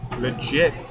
legit